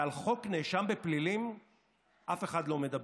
ועל חוק נאשם בפלילים אף אחד לא מדבר.